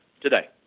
Today